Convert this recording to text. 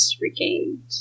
regained